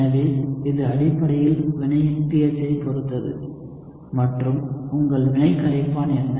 எனவே இது அடிப்படையில் வினையின் pH ஐப் பொறுத்தது மற்றும் உங்கள் வினைக் கரைப்பான் என்ன